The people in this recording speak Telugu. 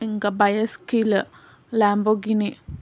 ఇంకా బైసైకిల్ లాంబోర్ఘిని